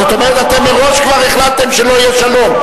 זאת אומרת, אתם מראש כבר החלטתם שלא יהיה שלום.